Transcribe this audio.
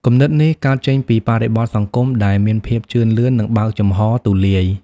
គំនិតនេះកើតចេញពីបរិបទសង្គមដែលមានភាពជឿនលឿន និងបើកចំហទូលាយ។